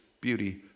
beauty